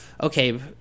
okay